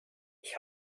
ich